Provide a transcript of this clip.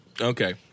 Okay